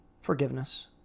Forgiveness